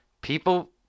people